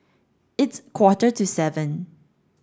its quarter to seven